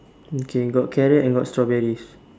okay got carrot and got strawberries